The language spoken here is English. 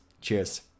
Cheers